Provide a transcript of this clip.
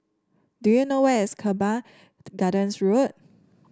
do you know where is Teban Gardens Road